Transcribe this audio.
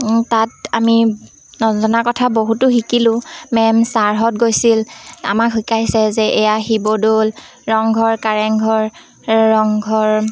তাত আমি নজনা কথা বহুতো শিকিলোঁ মেম ছাৰহঁত গৈছিল আমাক শিকাইছে যে এয়া শিৱদৌল ৰংঘৰ কাৰেংঘৰ ৰংঘৰ